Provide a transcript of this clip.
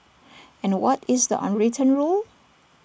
and what is the unwritten rule